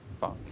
bunk